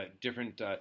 different